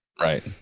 Right